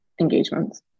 engagements